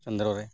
ᱪᱚᱱᱫᱨᱚ ᱨᱮ